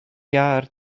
iâr